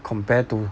compared to